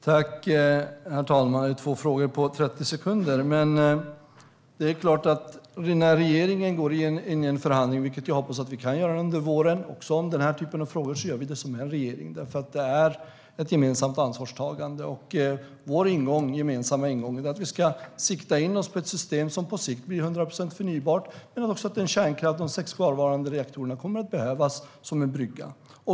Herr talman! Det är två frågor att besvara på 30 sekunder. Det är klart att när regeringen går in i en förhandling, vilket jag hoppas att vi kan göra under våren om den här typen av frågor, gör vi det som en regering. Det är ett gemensamt ansvarstagande. Vår gemensamma ingång är att sikta in oss på ett system som på sikt blir 100 procent förnybart men också att den kärnkraft som de sex kvarvarande reaktorerna producerar kommer att behövas som en brygga.